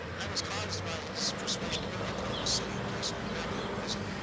i was caused by his persuasion to go to oklahoma city, a place i rarely visit.